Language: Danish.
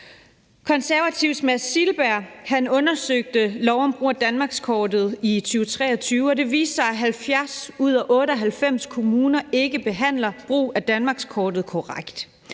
Konservatives Mads Silberg undersøgte lov om brug af danmarkskortet i 2023, og det viste sig, at 70 ud af 98 kommuner ikke behandler brug af danmarkskortet korrekt.